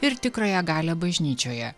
ir tikrąją galią bažnyčioje